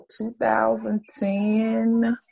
2010